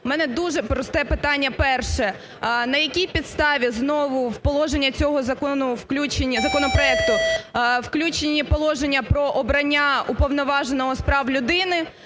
У мене дуже просте питання перше. На якій підставі знову в положення цього закону включені, законопроекту включені положення про обрання Уповноваженого з прав людини,